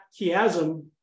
chiasm